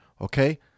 okay